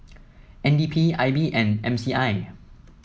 N D P I B and M C I